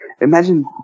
Imagine